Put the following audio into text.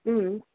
ம்